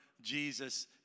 Jesus